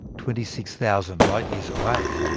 twenty six thousand light years away.